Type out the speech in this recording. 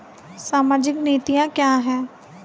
सामाजिक नीतियाँ क्या हैं?